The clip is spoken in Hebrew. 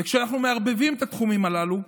וכשאנחנו מערבבים את התחומים הללו,